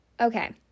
Okay